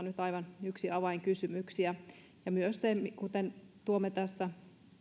nyt yksi aivan avainkysymyksistä ja myös se kuten tuomme tässä